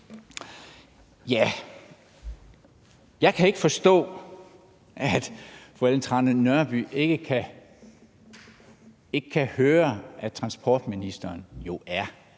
Jeg kan ikke forstå, at fru Ellen Trane Nørby ikke kan høre, at transportministeren jo er